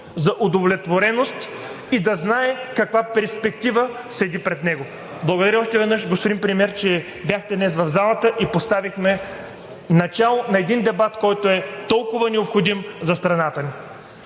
за удовлетвореност и да знае каква перспектива седи пред него. Благодаря още веднъж, господин Премиер, че бяхте днес в залата и поставихме начало на един дебат, който е толкова необходим за страната ни.